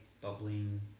bubbling